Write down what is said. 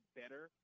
better